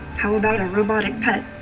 how about a robotic pet,